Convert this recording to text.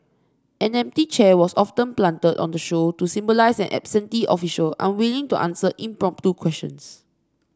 an empty chair was often planted on the show to symbolise an absentee official unwilling to answer impromptu questions